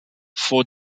vor